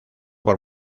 por